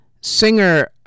singer